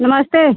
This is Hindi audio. नमस्ते